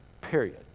period